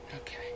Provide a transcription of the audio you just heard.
Okay